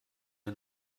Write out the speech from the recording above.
wir